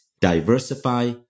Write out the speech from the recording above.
diversify